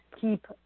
keep